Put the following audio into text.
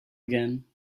again